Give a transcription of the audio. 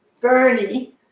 Bernie